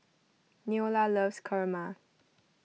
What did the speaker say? Neola loves Kurma